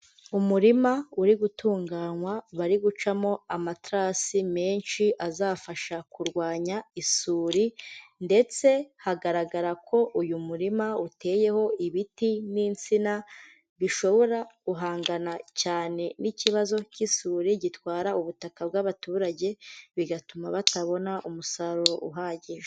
Umurima uri gutunganywa bari gucamo amaterasi menshi azafasha kurwanya isuri ndetse hagaragara ko uyu murima uteyeho ibiti n'insina bishobora guhangana cyane n'ikibazo k'isuri gitwara ubutaka bw'abaturage bigatuma batabona umusaruro uhagije.